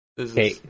Okay